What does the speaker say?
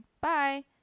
bye